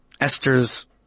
Esther's